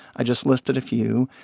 i just listed a few.